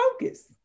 focus